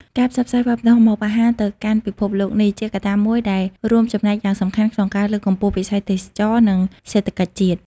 ការផ្សព្វផ្សាយវប្បធម៌ម្ហូបអាហារទៅកាន់ពិភពលោកនេះ ជាកត្តាមួយដែលរួមចំណែកយ៉ាងសំខាន់ក្នុងការលើកកម្ពស់វិស័យទេសចរណ៍ និងសេដ្ឋកិច្ចជាតិ។